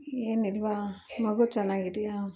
ಏನಿಲ್ವ ಮಗು ಚೆನ್ನಾಗಿದೀಯ